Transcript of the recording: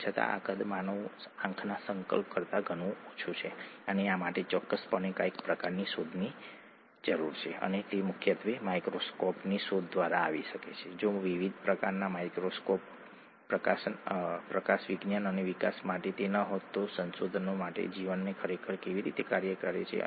adenine અને thymine વચ્ચે બે હાઇડ્રોજન બંધ રચાય છે અને આને base pairing okay nitrogenous base base pairing કહેવામાં આવે છે આ બેઝ પેરિંગ છે એડેનીન અને થાઇમાઇન વચ્ચે હાઇડ્રોજન બંધ રચાય છે